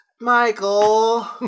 Michael